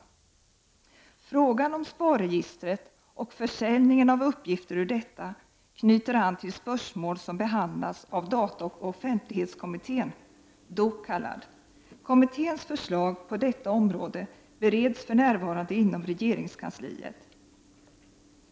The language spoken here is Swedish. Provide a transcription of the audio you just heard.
Frågan om SPAR-registret och försäljningen av uppgifter ur detta knyter an till spörsmål som behandlats av dataoch offentlighetskommittén . Kommitténs förslag på detta område bereds för närvarande inom regeringskansliet.